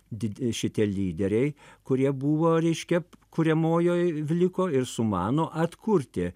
di šitie lyderiai kurie buvo reiškia kuriamojoj vliko ir sumano atkurti